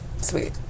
sweet